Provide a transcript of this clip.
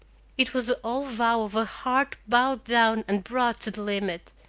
it was the old vow of a heart bowed down and brought to the limit.